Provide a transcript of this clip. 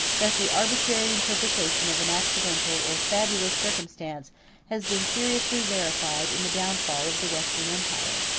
that the arbitrary interpretation of an accidental or fabulous circumstance has been seriously verified in the downfall of the western empire.